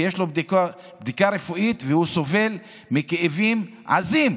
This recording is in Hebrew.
כי יש לו בדיקה רפואית והוא סובל מכאבים עזים.